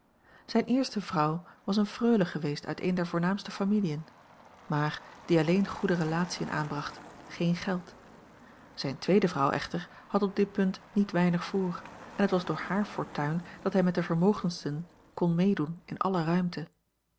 zijne eerste vrouw was eene freule geweest uit een der voornaamste familiën maar die alleen goede relatiën aanbracht geen geld zijne tweede vrouw echter had op dit punt niet weinig voor en het was door haar fortuin dat hij met de vermogendsten kon meedoen in alle ruimte